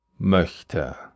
Möchte